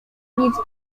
nic